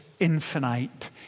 Infinite